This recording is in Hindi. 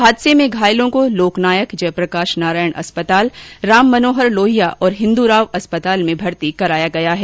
हादसे में घायलों को लोकनायक जयप्रकाश नारायण अस्पताल राममनोहर लोहिया और हिन्दूराव अस्पताल में भर्ती कराया गया है